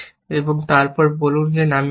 এবং তারপর বলুন নামিয়ে দিন